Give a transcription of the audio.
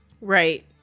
Right